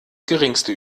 geringste